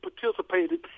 participated